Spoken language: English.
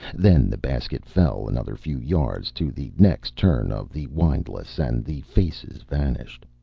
then the basket fell another few yards to the next turn of the windlass and the faces vanished.